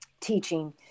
teaching